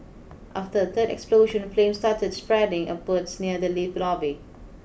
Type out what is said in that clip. after a third explosion flames started spreading upwards near the lift lobby